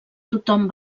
tothom